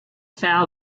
foul